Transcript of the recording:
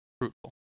fruitful